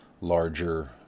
larger